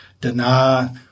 deny